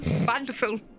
Wonderful